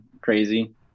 crazy